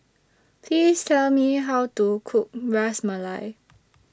Please Tell Me How to Cook Ras Malai